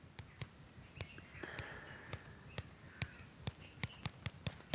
संत्रार उत्पादन पंजाब मध्य प्रदेश आर महाराष्टरोत सबसे ज्यादा होचे